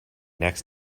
next